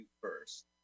first